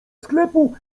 sklepu